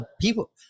people